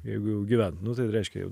jeigu jau gyvent nu ten reiškia jau